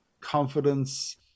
confidence